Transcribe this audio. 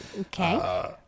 Okay